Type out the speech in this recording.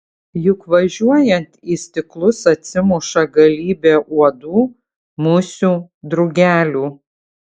juk važiuojant į stiklus atsimuša galybė uodų musių drugelių